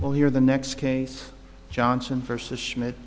well here the next case johnson versus schmidt